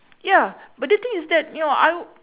ya but the thing is that you know I